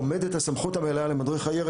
עומדת הסמכות המלאה בפני מדריך הירי,